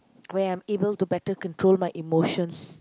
where I'm able to better control my emotions